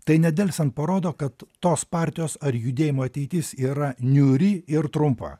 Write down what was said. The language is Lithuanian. tai nedelsiant parodo kad tos partijos ar judėjimo ateitis yra niūri ir trumpa